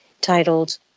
titled